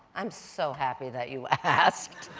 i'm so happy that you asked.